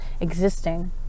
existing